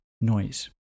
noise